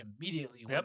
immediately